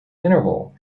interval